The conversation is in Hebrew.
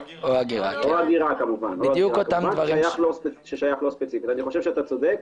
אני חושב שאתה צודק,